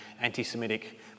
anti-semitic